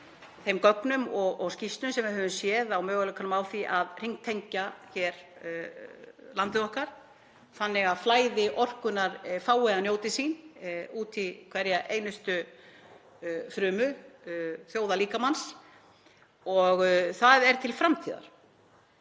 þeim gögnum og skýrslum sem við höfum séð á möguleikanum á því að hringtengja hér landið okkar þannig að flæði orkunnar fái að njóta sín í hverri einustu frumu þjóðarlíkamans. Það er til framtíðar